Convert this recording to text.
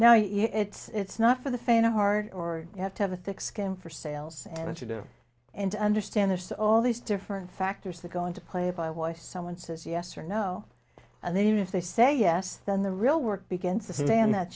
know it's not for the faint of heart or you have to have a thick skin for sales and if you do and understand there's all these different factors that go into play by why someone says yes or no and then if they say yes then the real work begins to stay on that